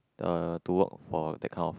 uh to work for that kind of